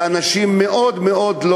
האנשים מאוד מאוד,